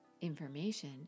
information